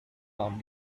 not